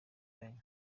yanyu